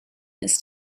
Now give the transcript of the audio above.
ist